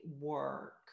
work